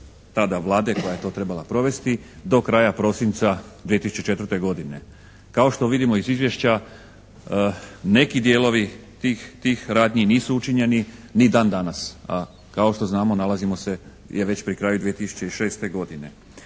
tada Vlade koja je to trebala provesti do kraja prosinca 2004. godine. Kao što vidimo iz izvješća neki dijelovi tih radnji nisu učinjeni ni dan danas a kao što znamo nalazimo se već pri kraju 2006. godine.